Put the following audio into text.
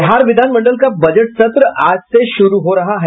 बिहार विधानमंडल का बजट सत्र आज से शुरू हो रहा है